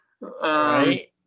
Right